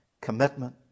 Commitment